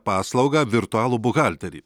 paslaugą virtualų buhalterį